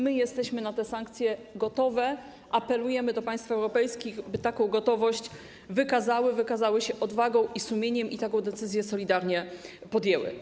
My jesteśmy na te sankcje gotowi i apelujemy do państw europejskich, by taką gotowość wykazały, by wykazały się odwagą i sumieniem i taką decyzję solidarnie podjęły.